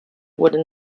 wooden